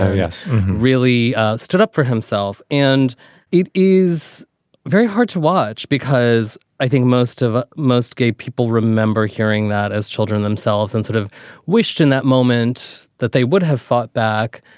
yes. really stood up for himself. and it is very hard to watch because i think most of most gay people remember hearing that as children themselves and sort of wished in that moment that they would have fought back.